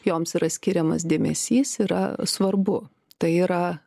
joms yra skiriamas dėmesys yra svarbu tai yra